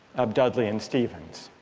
of dudley and stephens.